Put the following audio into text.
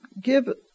Give